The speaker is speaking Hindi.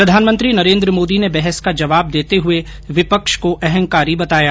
प्रधानमंत्री नरेंद्र मोदी ने बहस का जवाब देते हुए विपक्ष को अहंकारी बताया